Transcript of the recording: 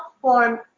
form